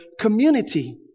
community